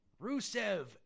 Rusev